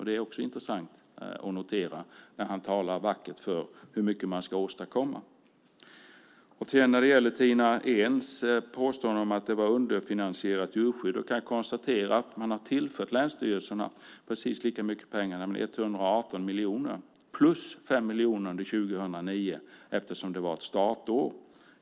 Det är också intressant att notera när Anders Ygeman talar vackert om hur mycket man ska åstadkomma. När det gäller Tina Ehns påstående att djurskyddet var underfinansierat kan jag konstatera att man har tillfört länsstyrelserna precis lika mycket pengar, nämligen 118 miljoner, plus 5 miljoner under 2009 eftersom det var ett startår.